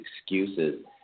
excuses